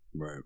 Right